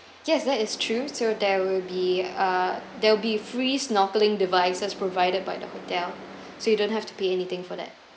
yes that is true so there will be uh there will be free snorkeling devices provided by the hotel so you don't have to pay anything for that